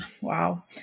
Wow